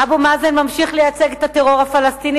אבו מאזן ממשיך לייצג את הטרור הפלסטיני